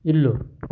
ఇల్లు